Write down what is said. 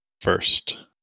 first